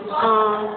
ହଁ